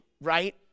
right